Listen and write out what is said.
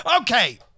Okay